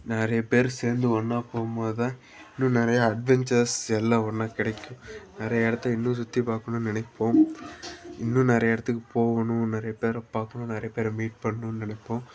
நிறைய பேர் சேர்ந்து ஒன்றா போகும் போது தான் இன்னும் நிறையா அட்வென்ச்சர்ஸ் எல்லாம் ஒன்றா கிடைக்கும் நிறைய இடத்த இன்னும் சுற்றிப் பார்க்கணுன்னு நினைப்போம் இன்னும் நிறைய இடத்துக்குப் போகணும் நிறைய பேரை பார்க்கணும் நிறைய பேரை மீட் பண்ணணுன்னு நினைப்போம்